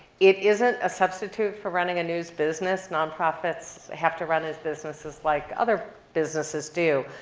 it isn't a substitute for running a news business. nonprofits have to run as businesses like other businesses do.